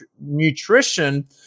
nutrition